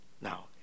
Now